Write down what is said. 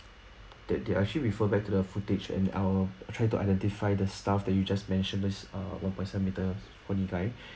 they they actually refer back to the footage and I'll try to identify the staff that you just mentioned that is one point seven metres scrawny guy